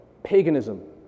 Paganism